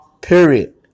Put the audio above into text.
period